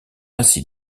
ainsi